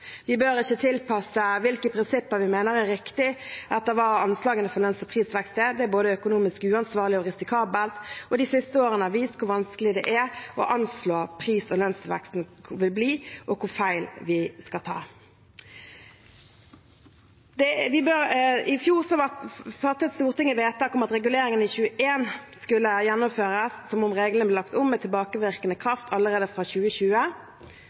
Vi bør ikke tilpasse hvilke prinsipper vi mener er riktige, etter hva anslagene for lønns- og prisvekst er. Det er både økonomisk uansvarlig og risikabelt. De siste årene har vist hvor vanskelig det er å anslå hva pris- og lønnsveksten vil bli, og hvor feil vi kan ta. I fjor fattet Stortinget vedtak om at reguleringen i 2021 skulle gjennomføres som om reglene ble lagt om med tilbakevirkende kraft allerede fra 2020,